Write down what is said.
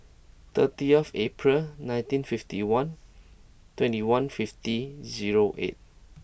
thirty of April nineteen fifty one twenty one fifty zero eight